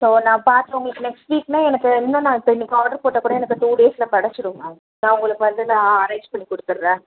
so நான் பார்த்து உங்களுக்கு நெக்ஸ்ட் வீக்குனா எனக்கு இன்றும் நான் இப்போ இன்னைக்கு ஆட்ரு போட்டோம்னா கூட எனக்கு டூ டேஸில் கெடைச்சுரும் மேம் நான் உங்களுக்கு வந்து நான் அரேஞ்ச் பண்ணி கொடுத்துர்றேன்